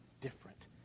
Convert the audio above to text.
different